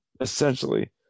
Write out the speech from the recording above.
essentially